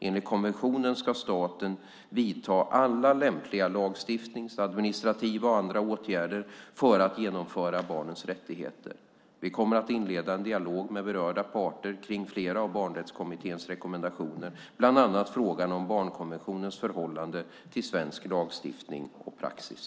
Enligt konventionen ska staten vidta alla lämpliga lagstiftningsåtgärder samt administrativa och andra åtgärder för att säkra barnets rättigheter. Vi kommer att inleda en dialog med berörda parter kring flera av barnrättskommitténs rekommendationer, bland annat frågan om barnkonventionens förhållande till svensk lagstiftning och praxis.